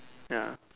ya